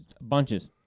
bunches